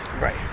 right